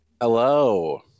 Hello